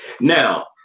Now